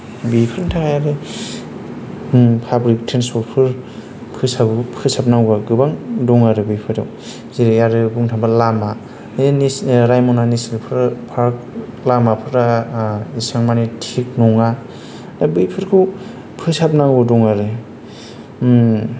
बिफोरनि थाखायबो पाब्लिक ट्रेन्सपर्टफोर फोसाब नांगौआ गोबां दङ आरो बेफोराव जेरै आरो बुंनो थाङोबा लामा बे रायमना नेशनेल पार्क लामाफोरा इसिबां मानि थिग नङा दा बेफोरखौ फोसाबनांगौ दं आरो